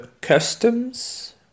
customs